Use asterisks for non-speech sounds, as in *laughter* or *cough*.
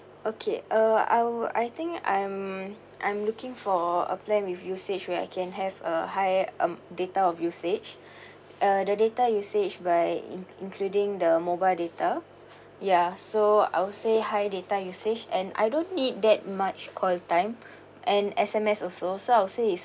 okay uh I will I think I'm I'm looking for a plan with usage where I can have a high um data of usage *breath* uh the data usage by in including the mobile data ya so I will say high data usage and I don't need that much call time and S_M_S also so I will say it's